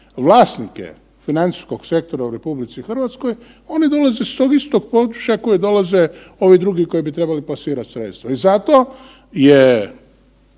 vlasnike financijskog sektora u RH oni dolaze s tog istog područja s kojeg dolaze ovi drugi koji bi trebali plasirati sredstva i zato je